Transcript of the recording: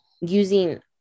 using